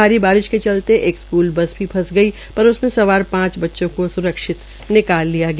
भारी बारिश के चलते एक स्क्ल बस भी बस गई पर उसमे सवार पांच बच्चों को स्रक्षित निकाल लिया गया